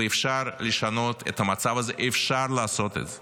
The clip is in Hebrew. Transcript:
ואפשר לשנות את המצב הזה, אפשר לעשות את זה.